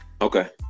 okay